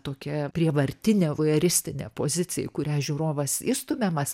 tokia prievartinė vojeristinė pozicija į kurią žiūrovas įstumiamas